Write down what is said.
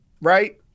right